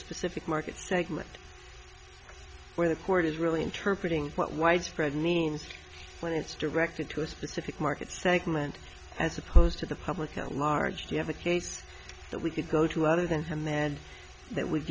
specific market segment where the court is really interpret what widespread means when it's directed to a specific market segment as opposed to the public at large if you have a case that we could go to other than him then that would